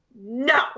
no